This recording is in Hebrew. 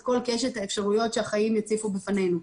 כל קשת האפשרויות שהחיים יציפו בפנינו.